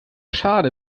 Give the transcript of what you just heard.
schade